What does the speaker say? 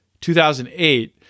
2008